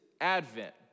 Advent